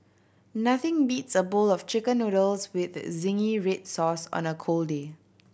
nothing beats a bowl of Chicken Noodles with zingy red sauce on a cold day